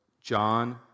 John